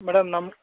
madam ನಮ್ಮ